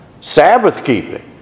Sabbath-keeping